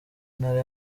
ntara